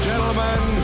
Gentlemen